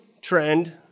trend